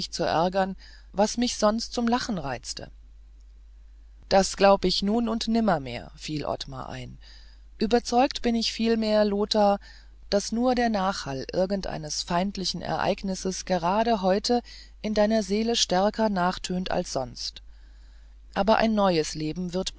zu ärgern was mich sonst zum lachen reizte das glaub ich nun und nimmermehr fiel ottmar ein überzeugt bin ich vielmehr lothar daß nur der nachhall irgendeines feindlichen ereignisses gerade heute in deiner seele stärker nachtönt als sonst aber ein neues leben wird